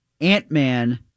Ant-Man